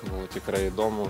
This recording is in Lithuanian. buvo tikrai įdomu